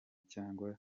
cyangwa